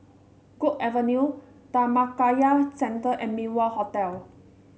Guok Avenue Dhammakaya Centre and Min Wah Hotel